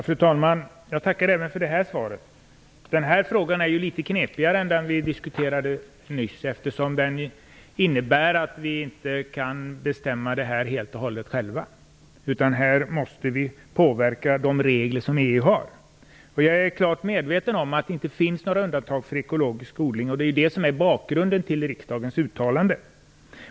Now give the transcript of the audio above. Fru talman! Jag tackar även för det här svaret. Den här frågan är litet knepigare än den vi diskuterade nyss, eftersom vi inte kan bestämma helt och hållet själva utan måste påverka EU:s regler. Jag är klart medveten om att det inte finns några undantag för trädeskrav för ekologisk odling, och det är det som är bakgrunden till riksdagens uttalande.